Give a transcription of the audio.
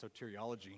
soteriology